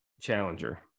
Challenger